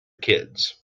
kids